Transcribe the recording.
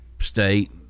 state